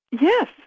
Yes